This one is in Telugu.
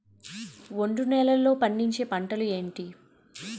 ఒండ్రు నేలలో పండించే పంటలు ఏంటి?